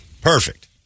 Perfect